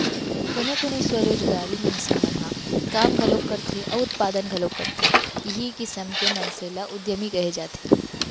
कोनो कोनो स्वरोजगारी मनसे मन ह काम घलोक करथे अउ उत्पादन घलोक करथे इहीं किसम के मनसे ल उद्यमी कहे जाथे